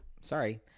sorry